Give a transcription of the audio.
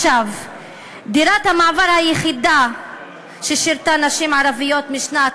דירת המעבר היחידה ששירתה נשים ערביות משנת